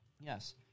Yes